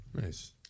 Nice